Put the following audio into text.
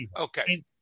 okay